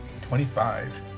Twenty-five